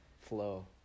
Flow